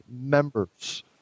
members